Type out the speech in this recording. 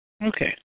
Okay